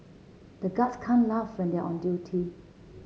the guards can't laugh when they are on duty